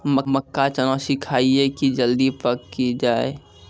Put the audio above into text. मक्का चना सिखाइए कि जल्दी पक की जय?